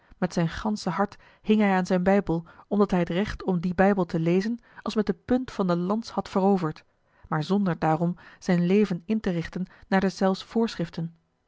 met zijn gansche hart hing hij aan zijn bijbel omdat hij het recht om dien bijbel te lezen als met de punt van de lans had veroverd maar zonder daarom zijn leven in te richten naar deszelfs voorschriften